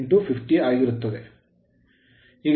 02 50 ಆಗಿರುತ್ತದೆ